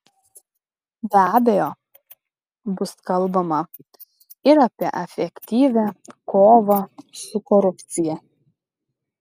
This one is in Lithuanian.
be abejo bus kalbama ir apie efektyvią kovą su korupcija